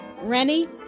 Rennie